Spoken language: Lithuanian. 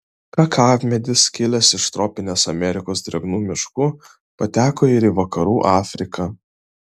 kakavmedis kilęs iš tropinės amerikos drėgnų miškų pateko ir į vakarų afriką